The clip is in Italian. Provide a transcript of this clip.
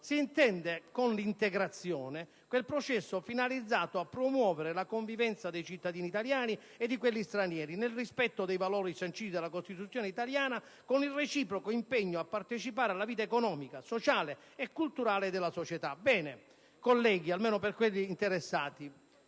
si intende con integrazione quel processo finalizzato a promuovere la convivenza dei cittadini italiani e di quelli stranieri, nel rispetto dei valori sanciti dalla Costituzione italiana, con il reciproco impegno a partecipare alla vita economica, sociale e culturale della società». Ebbene, colleghi (mi rivolgo a quelli interessati),